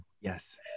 Yes